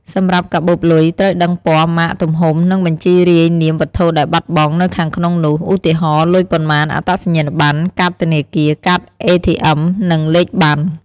សម្រាប់កាបូបលុយ ត្រូវដឹងពណ៌ ម៉ាក ទំហំ និងបញ្ជីរាយនាមវត្ថុដែលបាត់បង់នៅខាងក្នុងនោះ ឧទាហរណ៍ លុយប៉ុន្មាន អត្តសញ្ញាណប័ណ្ណ កាតធនាគារ កាតអេធីអុឹម និងលេខប័ណ្ណ។